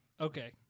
Okay